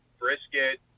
brisket